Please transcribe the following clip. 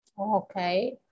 okay